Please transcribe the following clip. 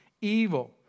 evil